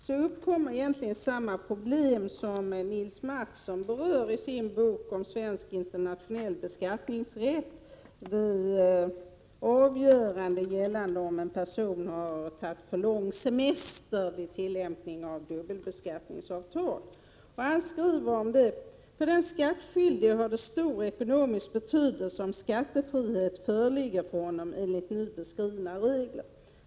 Då uppkommer egentligen samma problem som Nils Mattsson berör i sin bok Svensk internationell beskattningsrätt och som gäller avgörande om person tagit för lång semester för att dubbelbeskattningsavtal skall kunna tillämpas. Han skriver: ”För den skattskyldige har det stor ekonomisk betydelse, om skattefrihet föreligger för honom enligt nu beskrivna regler.